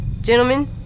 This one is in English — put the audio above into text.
Gentlemen